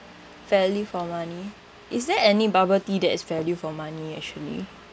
value for money is there any bubble tea that is value for money actually